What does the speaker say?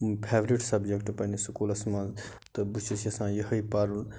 favourite subject پنٛنِس سُکوٗلس منٛز تہٕ بہٕ چھُس یَژھان یِہوٚے پَرُن